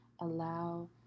allow